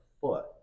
foot